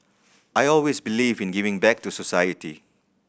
I always believe in giving back to society